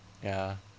ya